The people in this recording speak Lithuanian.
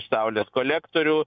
saulės kolektorių